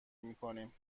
میکنیم